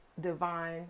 divine